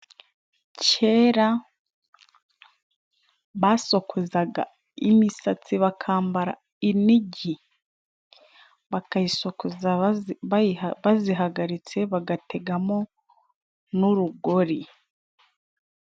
Kera basokozaga imisatsi bakambara inigi, bakayisokoza bayihagaritse, bagategamo n'urugori.